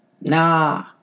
Nah